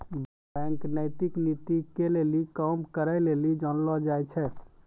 bank नैतिक नीति के लेली काम करै लेली जानलो जाय छै